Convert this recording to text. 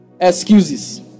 excuses